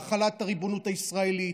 בהחלת הריבונות הישראלית,